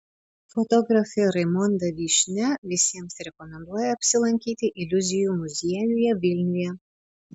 fotografė raimonda vyšnia visiems rekomenduoja apsilankyti iliuzijų muziejuje vilniuje